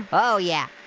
oh yeah,